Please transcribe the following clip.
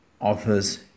offers